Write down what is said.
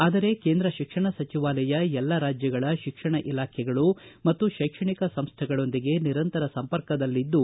ಆದರೆ ಕೇಂದ್ರ ಶಿಕ್ಷಣ ಸಚಿವಾಲಯ ಎಲ್ಲ ರಾಜ್ಯಗಳ ಶಿಕ್ಷಣ ಇಲಾಖೆಗಳು ಮತ್ತು ಕೈಕ್ಷಣಿಕ ಸಂಸ್ಥೆಗಳೊಂದಿಗೆ ನಿರಂತರ ಸಂಪರ್ಕದಲ್ಲಿದ್ದು